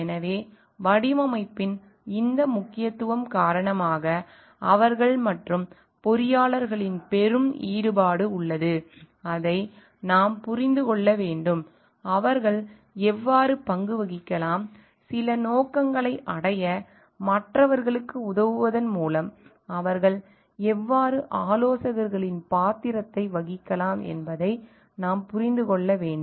எனவே வடிவமைப்பின் இந்த முக்கியத்துவம் காரணமாக அவர்கள் மற்றும் பொறியாளர்களின் பெரும் ஈடுபாடு உள்ளது அதை நாம் புரிந்து கொள்ள வேண்டும் அவர்கள் எவ்வாறு பங்கு வகிக்கலாம் சில நோக்கங்களை அடைய மற்றவர்களுக்கு உதவுவதன் மூலம் அவர்கள் எவ்வாறு ஆலோசகர்களின் பாத்திரத்தை வகிக்கலாம் என்பதை நாம் புரிந்து கொள்ள வேண்டும்